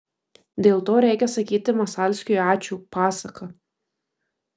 dėl to reikia sakyti masalskiui ačiū pasaka